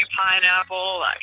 pineapple